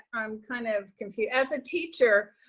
i'm kind of confused. as a teacher,